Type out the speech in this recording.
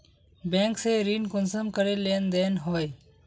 Bank से ऋण कुंसम करे लेन देन होए?